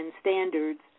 standards